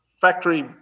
factory